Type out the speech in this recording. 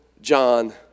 John